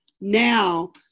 now